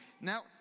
now